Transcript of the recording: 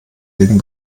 gegen